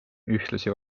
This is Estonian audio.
ühtlasi